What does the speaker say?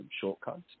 shortcuts